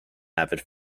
avid